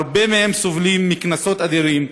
הרבה מהם סובלים מקנסות אדירים,